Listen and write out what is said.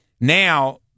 Now